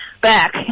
back